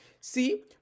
See